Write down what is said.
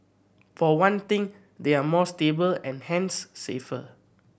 for one thing they are more stable and hence safer